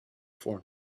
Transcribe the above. for